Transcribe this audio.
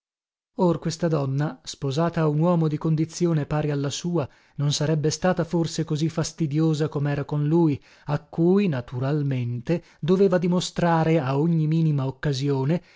or questa donna sposata a un uomo di condizione pari alla sua non sarebbe stata forse così fastidiosa comera con lui a cui naturalmente doveva dimostrare a ogni minima occasione